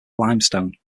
limestone